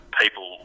people